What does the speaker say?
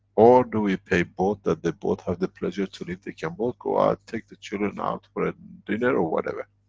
or do we pay both that they both have the pleasure to live, they can both go out, take the children out for a dinner or whatever?